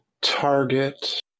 target